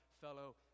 fellow